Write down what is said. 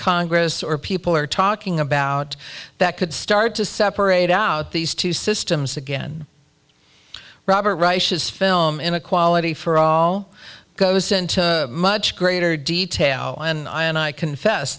congress or people are talking about that could start to separate out these two systems again robert rice his film inequality for all goes into much greater detail and i and i confess